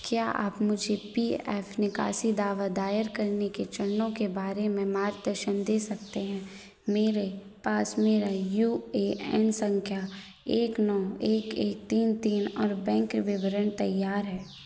क्या आप मुझे पी एफ निकासी दावा दायर करने के चरणों के बारे में मार्गदर्शन दे सकते हैं मेरे पास मेरा यू ए एन संख्या एक नौ एक एक तीन तीन और बैंक विवरण तैयार है